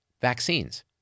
Vaccines